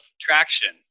traction